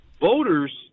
voters